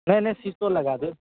नहि नहि शीशो लगा देब